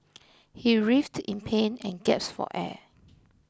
he writhed in pain and gasped for air